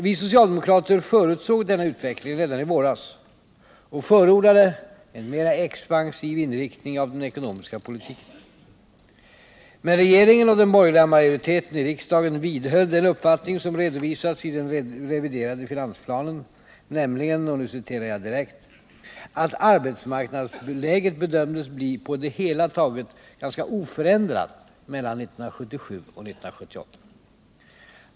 Vi socialdemokrater förutsåg denna utveckling redan i våras och förordade en mera expansiv inriktning av den ekonomiska politiken. Men regeringen och den borgerliga majoriteten i riksdagen vidhöll den uppfattning som redovisats i den reviderade finansplanen, nämligen — och nu citerar jag direkt — att arbetsmarknadsläget bedömdes bli på det hela taget ganska oförändrat mellan 1977 och 1978.